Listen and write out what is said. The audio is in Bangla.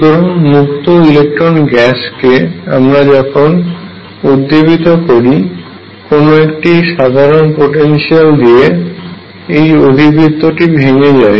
সুতরাং মুক্ত ইলেকট্রন গ্যাসকে আমরা যখন উদ্দীপিত করি কোনো একটি সাধারণ পোটেনশিয়াল দিয়ে এই অধিবৃত্তটি ভেঙে যায়